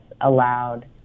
allowed